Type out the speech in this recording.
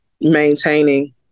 maintaining